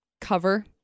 cover